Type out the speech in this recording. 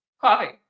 Coffee